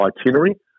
itinerary